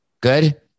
Good